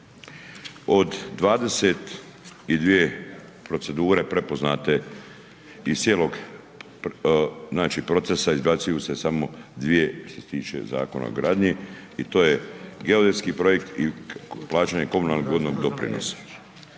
Od 22 procedure prepoznate iz cijelog, znači, procesa izbacuju se samo 2 što se tiče Zakona o gradnji i to je geodetski projekt i plaćanje komunalnog vodnog doprinosa.